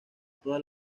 todas